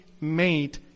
made